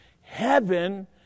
heaven